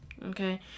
Okay